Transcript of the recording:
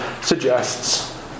suggests